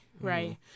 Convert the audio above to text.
right